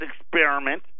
experiment